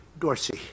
Dorsey